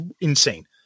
insane